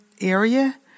area